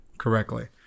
correctly